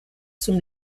zum